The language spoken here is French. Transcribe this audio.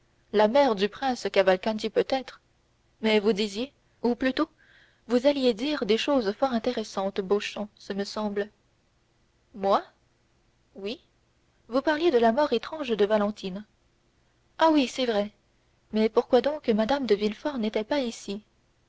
la mère du prince cavalcanti peut-être mais vous disiez ou plutôt vous alliez dire des choses fort intéressantes beauchamp ce me semble moi oui vous parliez de la mort étrange de valentine ah oui c'est vrai mais pourquoi donc mme de villefort n'est-elle pas ici